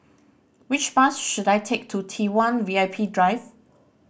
which bus should I take to T One V I P Drive